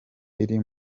iri